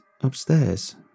upstairs